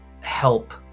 help